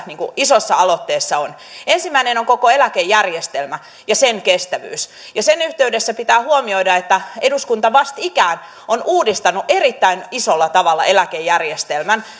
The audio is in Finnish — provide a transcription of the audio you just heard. isossa aloitteessa on ensimmäinen on koko eläkejärjestelmä ja sen kestävyys sen yhteydessä pitää huomioida että eduskunta vastikään on uudistanut erittäin isolla tavalla eläkejärjestelmän